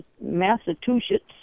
Massachusetts